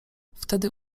wtedy